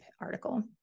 article